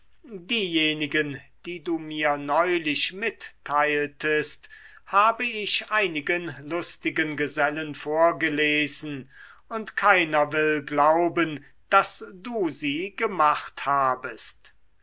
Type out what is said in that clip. diejenigen die du mir neulich mitteiltest habe ich einigen lustigen gesellen vorgelesen und keiner will glauben daß du sie gemacht habest